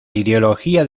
ideología